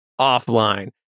offline